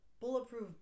bulletproof